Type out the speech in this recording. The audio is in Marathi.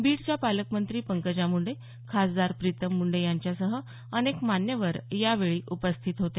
बीडच्या पालकमंत्री पंकजा मुंडे खासदार प्रीतम मुंडे यांच्यासह अनेक मान्यवर यावेळी उपस्थित होते